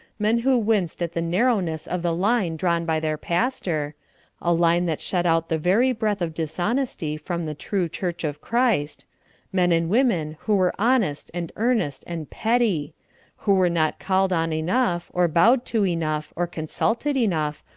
men who winced at the narrowness of the line drawn by their pastor a line that shut out the very breath of dishonesty from the true church of christ men and women who were honest and earnest and petty who were not called on enough, or bowed to enough, or consulted enough,